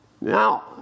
Now